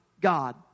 God